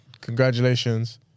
congratulations